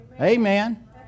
Amen